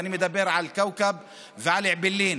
ואני מדבר על כאוכב ועל אעבלין.